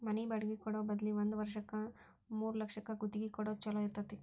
ಮನಿ ಬಾಡ್ಗಿ ಕೊಡೊ ಬದ್ಲಿ ಒಂದ್ ವರ್ಷಕ್ಕ ಮೂರ್ಲಕ್ಷಕ್ಕ ಗುತ್ತಿಗಿ ಕೊಡೊದ್ ಛೊಲೊ ಇರ್ತೆತಿ